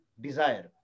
desire